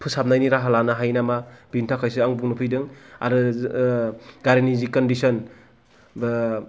फोसाबनायनि राहा लानो हायो नामा बेनि थाखायसो आं बुंनो फैदों आरो गारिनि जि कनदिस'न